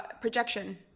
projection